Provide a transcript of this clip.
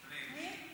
פנים.